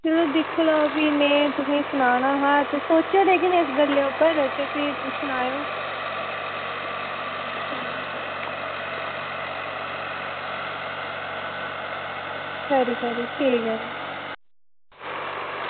तुस दिक्खी लैओ भी में तुसेंगी सनाना हा सोचेओ भी इस गल्ला पर ते सनायो खरी खरी ठीक ऐ